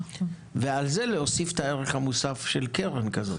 ועל זה להוסיף את הערך המוסף של קרן כזאת.